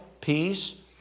peace